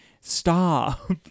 Stop